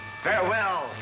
Farewell